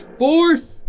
fourth